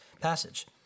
passage